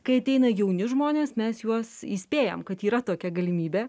kai ateina jauni žmonės mes juos įspėjam kad yra tokia galimybė